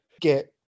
get